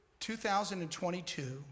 2022